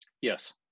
Yes